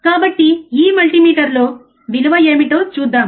కాబట్టి ఈ మల్టీమీటర్లో విలువ ఏమిటో చూద్దాం